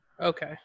Okay